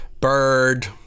Bird